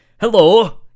Hello